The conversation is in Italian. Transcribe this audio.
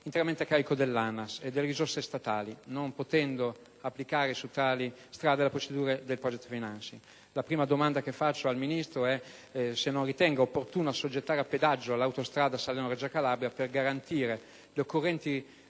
interamente a carico dell'ANAS e delle risorse statali, non potendo applicare su tali strade le procedure innovative del *project financing*. La prima domanda che rivolgo al Ministro è se non ritenga opportuno assoggettare a pedaggio l'autostrada Salerno-Reggio Calabria per garantire le occorrenti